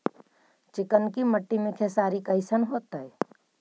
चिकनकी मट्टी मे खेसारी कैसन होतै?